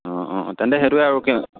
অঁ অঁ তেন্তে সেইটোৱে আৰু কি